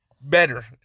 better